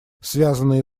связанные